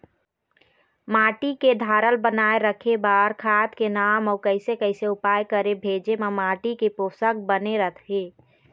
माटी के धारल बनाए रखे बार खाद के नाम अउ कैसे कैसे उपाय करें भेजे मा माटी के पोषक बने रहे?